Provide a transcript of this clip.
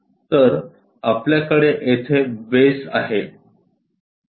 तर आपल्याकडे येथे बेस आहे